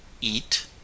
eat